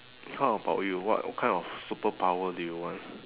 how about you what kind of superpower do you want